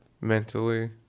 mentally